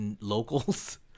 locals